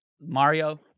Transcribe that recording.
Mario